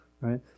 right